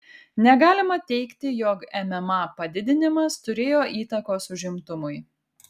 negalima teigti jog mma padidinimas turėjo įtakos užimtumui